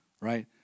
right